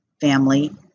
family